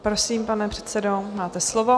Prosím, pane předsedo, máte slovo.